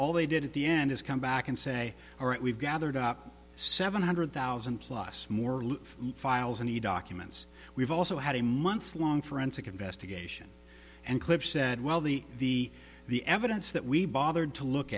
all they did at the end is come back and say all right we've gathered up seven hundred thousand plus more files and documents we've also had a months long forensic investigation and clip said well the the the evidence that we bothered to look